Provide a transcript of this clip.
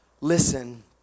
listen